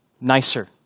nicer